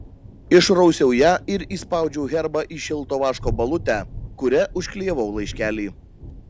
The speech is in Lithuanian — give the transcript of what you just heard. išrausiau ją ir įspaudžiau herbą į šilto vaško balutę kuria užklijavau laiškelį